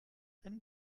einen